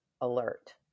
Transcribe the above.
alert